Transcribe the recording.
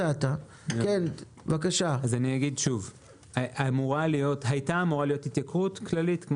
הייתה אמורה להיות התייקרות כללית של התעריפים,